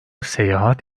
seyahat